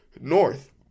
north